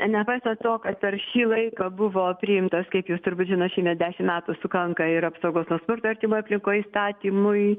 nepaisant to kad per šį laiką buvo priimtas kiek jūs turbūt žinot šiemet dešimt metų sukanka ir apsaugos nuo smurto artimoj aplinkoj įstatymui